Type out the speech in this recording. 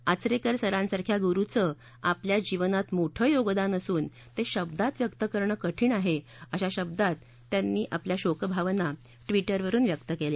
आचरेकर सरांसारख्या गुरुचं आपल्या जीवनात मोठं योगदान असून ते शब्दात व्यक्त करणं कठीण आहे अशा शब्दात त्यांनी आपल्या शोकभावना ट्विटरवरून व्यक्त केल्या